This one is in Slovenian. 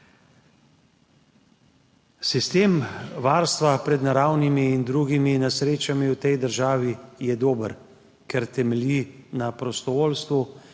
Sistem varstva pred naravnimi in drugimi nesrečami v tej državi je dober, ker temelji na prostovoljstvu